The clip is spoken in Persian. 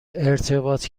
ارتباط